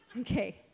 Okay